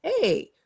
hey-